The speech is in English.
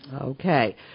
Okay